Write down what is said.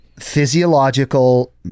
physiological